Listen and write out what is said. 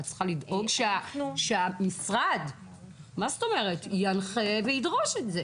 את צריכה לדאוג לכך שהמשרד ינחה וידרוש את זה.